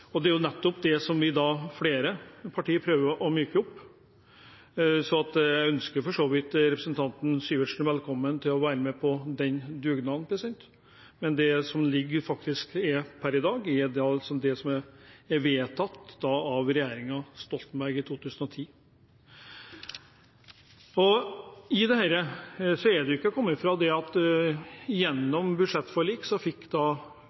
Og det er jo nettopp dette vi – flere partier – prøver å myke opp. Jeg ønsker for så vidt representanten Sivertsen velkommen til å være med på den dugnaden, men det som ligger per i dag, er altså det som ble vedtatt av regjeringen Stoltenberg i 2010. Så er det jo ikke til å komme fra at gjennom budsjettforliket fikk Kristelig Folkeparti og Venstre på plass nettopp 500 flere kvoteflyktninger for neste år, og det